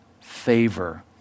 favor